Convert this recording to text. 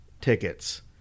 tickets